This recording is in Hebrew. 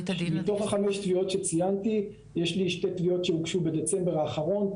מתוך החמש תביעות שציינתי יש לי שתי תביעות שהוגשו בדצמבר האחרון.